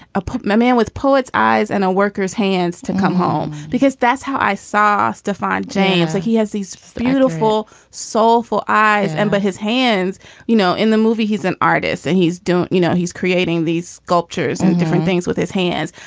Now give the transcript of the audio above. a man with poet's eyes and a worker's hands to come home because that's how i saw asked to find james like he has these beautiful soulful eyes and by but his hands you know in the movie he's an artist and he's don't you know he's creating these sculptures and different things with his hands.